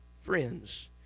friends